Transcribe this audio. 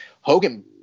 Hogan